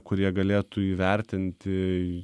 kurie galėtų įvertinti